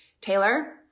Taylor